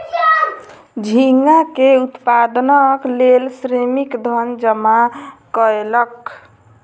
झींगा के उत्पादनक लेल श्रमिक धन जमा कयलक